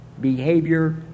behavior